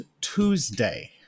Tuesday